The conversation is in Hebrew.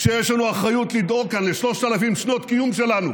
כשיש לנו אחריות לדאוג כאן לשלושת אלפים שנות קיום שלנו